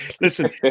Listen